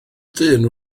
dyn